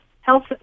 health